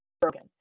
broken